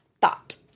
Thought